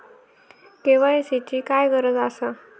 KYC ची काय गरज आसा?